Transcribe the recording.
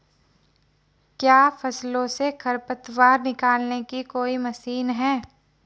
क्या फसलों से खरपतवार निकालने की कोई मशीन है?